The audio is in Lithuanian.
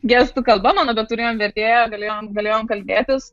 gestų kalba mano bet turėjom vertėją galėjom galėjom kalbėtis